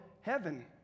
heaven